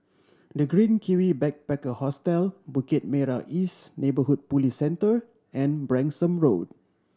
The Green Kiwi Backpacker Hostel Bukit Merah East Neighbourhood Police Centre and Branksome Road